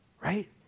right